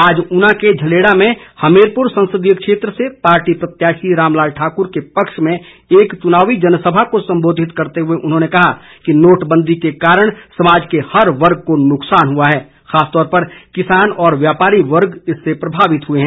आज ऊना के झलेड़ा में हमीरपुर संसदीय क्षेत्र से पाटी प्रत्याशी रामलाल ठाकुर के पक्ष में एक चुनावी जनसभा को सम्बोधित करते हुए उन्होंने कहा कि नोटबंदी के कारण समाज के हर वर्ग को नुकसान हुआ है खासतौर पर किसान और व्यापारी वर्ग इससे प्रभावित हुए हैं